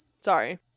Sorry